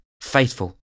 faithful